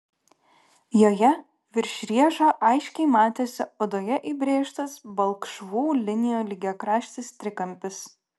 joje virš riešo aiškiai matėsi odoje įbrėžtas balkšvų linijų lygiakraštis trikampis